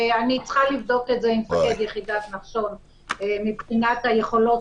אני צריכה לבדוק את זה עם מפקד יחידת נחשון מבחינת היכולות